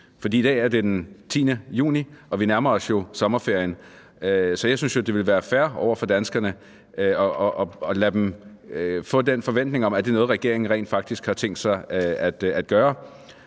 I dag er det den 10. juni, og vi nærmer os jo sommerferien, så jeg synes, at det ville være fair over for danskerne at lade dem få den forventning, at det er noget, regeringen rent faktisk har tænkt sig at gøre.